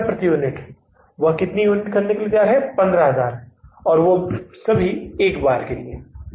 10 रुपये प्रति यूनिट वह 15000 यूनिट खरीदने के लिए तैयार है और वह एक बार सभी के लिए है